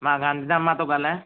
मां गांधीधाम मां थो ॻाल्हायां